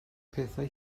pethau